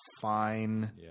fine